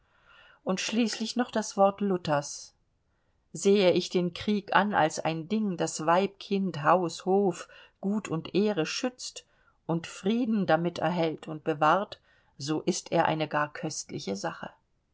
und schließlich noch das wort luthers sehe ich den krieg an als ein ding das weib kind haus hof gut und ehre schützt und frieden damit erhält und bewahrt so ist er eine gar köstliche sache